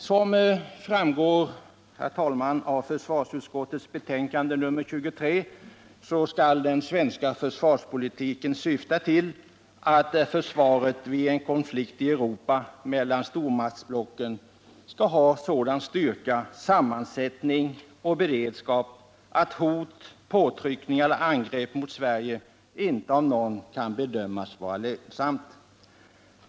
Som framgår av försvarsutskottets betänkande nr 23 skall den svenska försvarspolitiken syfta till att försvaret vid en konflikt i Europa mellan stormaktsblocken skall ha sådan styrka, sammansättning och beredskap att hot, påtryckningar eller angrepp mot Sverige inte av någon kan bedömas vara lönsamt.